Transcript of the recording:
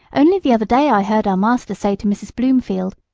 only the other day i heard our master say to mrs. blomefield,